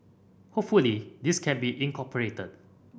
hopefully this can be incorporated